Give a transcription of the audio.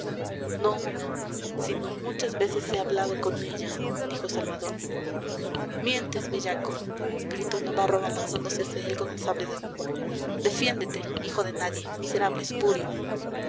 no una sino muchas veces he hablado con ella dijo salvador mientes bellaco gritó navarro abalanzándose hacia él con el sable desnudo defiéndete hijo de nadie miserable espúreo